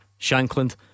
Shankland